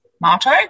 Marto